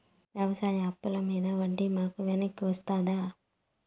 వ్యవసాయ అప్పుల మీద వడ్డీ మాకు వెనక్కి వస్తదా?